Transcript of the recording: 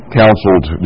counseled